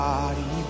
body